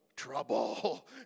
trouble